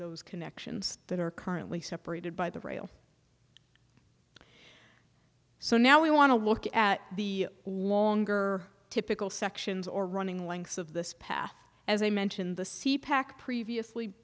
those connections that are currently separated by the rail so now we want to look at the longer typical sections or running lengths of this path as i mentioned the c pack previously